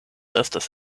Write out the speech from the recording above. estas